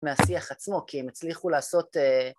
‫מהשיח עצמו, כי הם הצליחו לעשות...